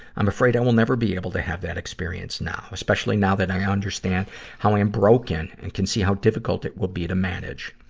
i'm afraid i will never be able to have that experience now, especially now that i understand how i'm broken and can see how difficult it will be to manage.